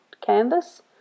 canvas